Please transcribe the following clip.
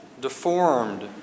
Deformed